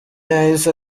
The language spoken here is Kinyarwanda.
yahise